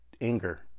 anger